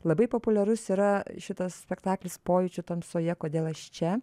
labai populiarus yra šitas spektaklis pojūčių tamsoje kodėl aš čia